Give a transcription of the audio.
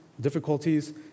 difficulties